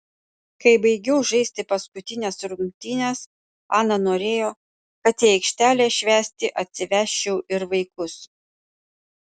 kai baigiau žaisti paskutines rungtynes ana norėjo kad į aikštelę švęsti atsivesčiau ir vaikus